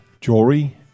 jewelry